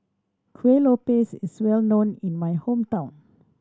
Kuih Lopes is well known in my hometown